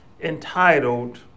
entitled